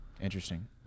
Interesting